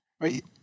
Right